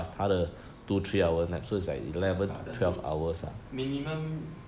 ya that's good minimum